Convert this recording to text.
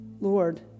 Lord